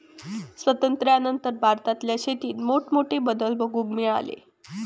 स्वातंत्र्यानंतर भारतातल्या शेतीत मोठमोठे बदल बघूक मिळाले